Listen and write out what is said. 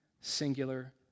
singular